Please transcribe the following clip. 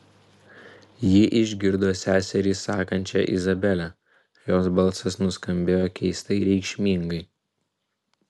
ji išgirdo seserį sakančią izabele jos balsas nuskambėjo keistai reikšmingai